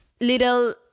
little